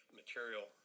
material